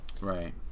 Right